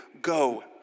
Go